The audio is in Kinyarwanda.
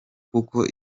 kuko